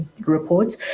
report